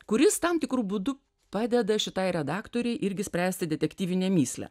kuris tam tikru būdu padeda šitai redaktorei irgi spręsti detektyvinę mįslę